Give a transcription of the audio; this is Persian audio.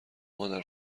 مادر